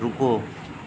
रुको